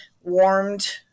warmed